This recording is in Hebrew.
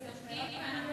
מסתפקים.